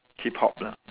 hip-hop lah